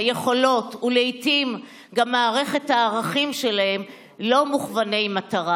היכולות ולעיתים גם מערכת הערכים שלהם לא מוכווני מטרה.